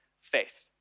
faith